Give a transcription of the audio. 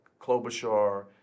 Klobuchar